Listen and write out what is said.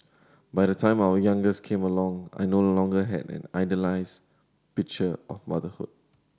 by the time our youngest came along I no longer had an idealised picture of motherhood